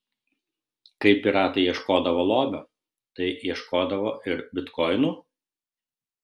kai piratai ieškodavo lobio tai ieškodavo ir bitkoinų